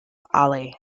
ali